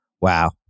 Wow